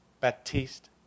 Baptiste